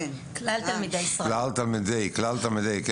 כן, כלל תלמידי ישראל.